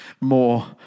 more